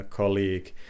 colleague